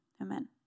amen